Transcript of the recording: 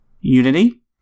Unity